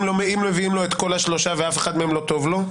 אם מביאים לו את כל השלושה ואף אחד מהם לא טוב לו?